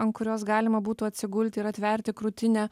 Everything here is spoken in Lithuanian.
ant kurios galima būtų atsigult ir atverti krūtinę